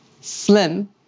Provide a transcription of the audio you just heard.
slim